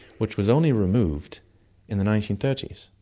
which was only removed in the nineteen thirty s.